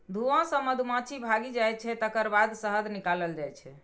धुआं सं मधुमाछी भागि जाइ छै, तकर बाद शहद निकालल जाइ छै